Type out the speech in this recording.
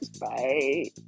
Bye